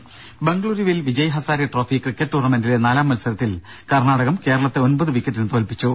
ദേദ ബംഗളുരുവിൽ Vijay Hazare trophy cricket ടൂർണമെന്റിലെ നാലാം മത്സരത്തിൽ കർണാടകം കേരളത്തെ ഒൻപത് വിക്കറ്റിന് തോൽപ്പിച്ചു